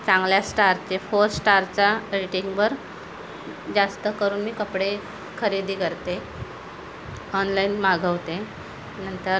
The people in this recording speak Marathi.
चांगल्या स्टारचे फोर स्टारचा रेटिंगवर जास्त करून मी कपडे खरेदी करते ऑनलाईन मागवते नंतर